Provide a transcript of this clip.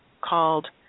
called